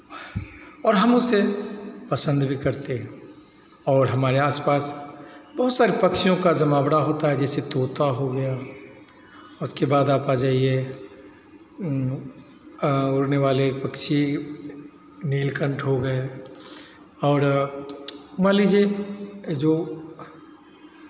और हम उसे पसंद भी करते हैं और हमारे आस पास बहुत सारे पक्षियों का जमावड़ा होता है जैसे तोता हो गया उसके बाद आप आ जाइए उड़ने वाले पक्षी नीलकंठ हो गये और मान लीजिए जो